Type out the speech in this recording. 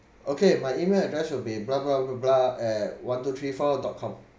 okay my email address will be blah blah blah blah at one two three four dot com